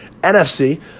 NFC